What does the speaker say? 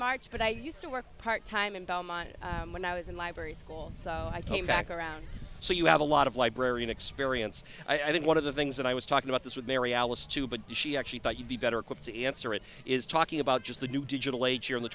march but i used to work part time in belmont when i was in library school so i came back around so you have a lot of librarian experience i think one of the things that i was talking about this with mary alice too but she actually thought you'd be better equipped to answer it is talking about just the new digital age here in the